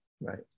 right